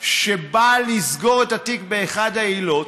שבא לסגור את התיק באחת העילות,